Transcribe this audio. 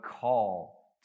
call